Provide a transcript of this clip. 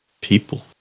People